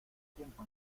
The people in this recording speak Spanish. tiempo